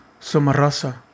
somarasa